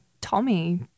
Tommy